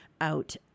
out